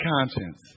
conscience